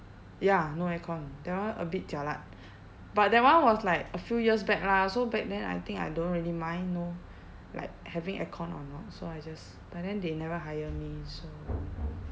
ya no aircon that one a bit jialat but that one was like a few years back lah so back then I think I don't really mind no like having aircon or not so I just but then they never hire me so